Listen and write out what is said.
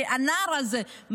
הנער הזה,